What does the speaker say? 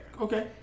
Okay